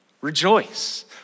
rejoice